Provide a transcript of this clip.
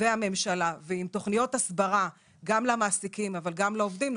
הממשלה ועם תכניות הסברה גם למעסיקים וגם לעובדים,